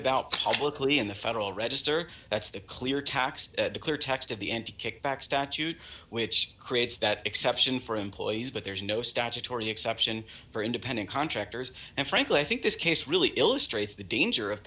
about publicly in the federal register that's the clear tax the clear text of the n t kickback statute which creates that exception for employees but there's no statutory exception for independent contractors and frankly i think this case really illustrates the danger of